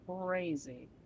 crazy